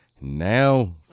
Now